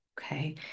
Okay